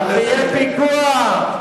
אז שיהיה פיקוח.